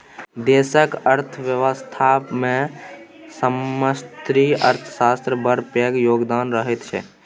देशक अर्थव्यवस्थामे समष्टि अर्थशास्त्रक बड़ पैघ योगदान रहैत छै